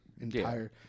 entire